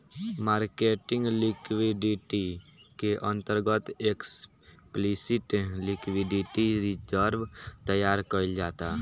marketing liquidity के अंतर्गत explicit liquidity reserve तैयार कईल जाता